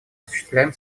осуществляем